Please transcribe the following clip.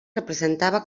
representava